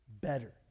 better